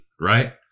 right